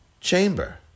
chamber